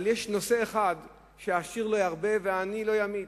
שיש נושא אחד שבו העשיר לא ירבה והעני לא ימעיט,